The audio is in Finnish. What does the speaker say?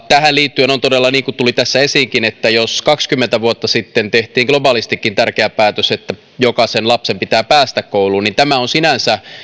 tähän liittyen on todella niin niin kuin tuli tässä esiinkin että jos kaksikymmentä vuotta sitten tehtiin globaalistikin tärkeä päätös että jokaisen lapsen pitää päästä kouluun niin tämä on sinänsä